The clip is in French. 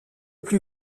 plus